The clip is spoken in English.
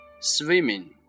swimming